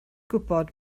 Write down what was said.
gwybod